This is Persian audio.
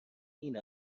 این